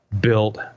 built